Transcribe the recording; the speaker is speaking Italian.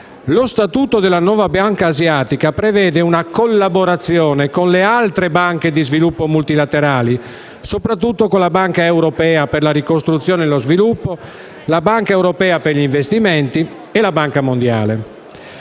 Lo Statuto della nuova Banca asiatica prevede una collaborazione con le altre banche di sviluppo multilaterali, soprattutto con la Banca europea per la ricostruzione e lo sviluppo, la Banca europea per gli investimenti e la Banca mondiale.